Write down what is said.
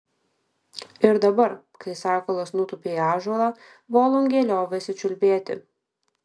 ir dabar kai sakalas nutūpė į ąžuolą volungė liovėsi čiulbėti